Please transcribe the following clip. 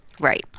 Right